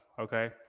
Okay